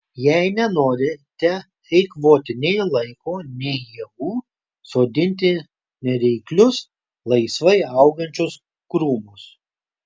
jei nenorite eikvoti nei laiko nei jėgų sodinkite nereiklius laisvai augančius krūmus